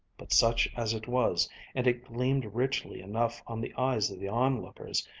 but such as it was and it gleamed richly enough on the eyes of the onlookers,